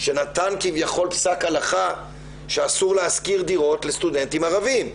שנתן כביכול פסק הלכה שאסור להשכיר דירות לסטודנטים ערביים.